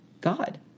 God